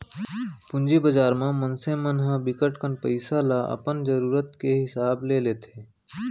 पूंजी बजार म मनसे मन ह बिकट कन पइसा ल अपन जरूरत के हिसाब ले लेथे